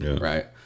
Right